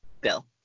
Bill